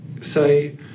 say